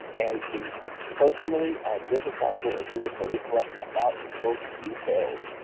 and the personally identifiable information that we collect about you those details,